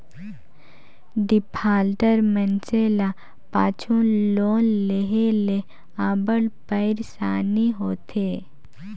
defaulter मइनसे ल पाछू लोन लेहे ले अब्बड़ पइरसानी होथे